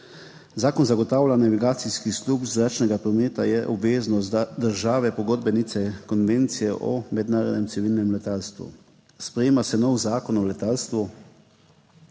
Zakon o zagotavljanju navigacijskih služb zračnega prometa je obveznost države pogodbenice Konvencije o mednarodnem civilnem letalstvu. Sprejema se novi zakon o letalstvu.